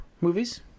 movies